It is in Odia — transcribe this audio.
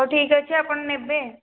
ହଉ ଠିକ୍ ଅଛି ଆପଣ ନେବେ